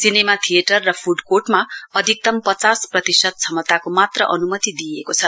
cinema theatre र food कोप्टमा अधिकतम पचास प्रतिशत क्षमताको मात्र अनुमति दिइएको छ